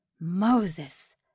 Moses